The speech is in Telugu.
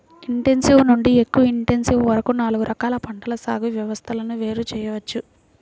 ఇంటెన్సివ్ నుండి ఎక్కువ ఇంటెన్సివ్ వరకు నాలుగు రకాల పంటల సాగు వ్యవస్థలను వేరు చేయవచ్చు